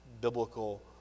biblical